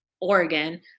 Oregon